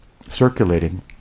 circulating